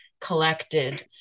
collected